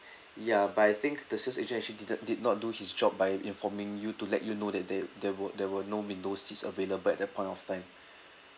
ya but I think the sales agent actually didn't did not do his job by informing you to let you know that there there were there were no window seats available at that point of time